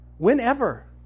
Whenever